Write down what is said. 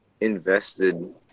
invested